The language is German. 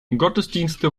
gottesdienste